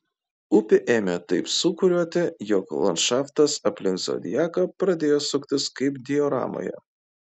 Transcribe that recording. upė ėmė taip sūkuriuoti jog landšaftas aplink zodiaką pradėjo suktis kaip dioramoje